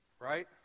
Right